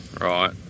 Right